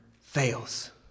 fails